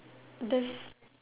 there's